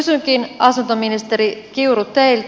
kysynkin asuntoministeri kiuru teiltä